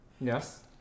Yes